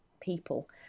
people